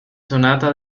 sonata